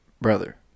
brother